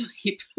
sleep